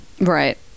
Right